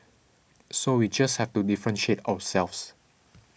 so we just have to differentiate ourselves